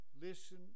listen